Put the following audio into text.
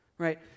Right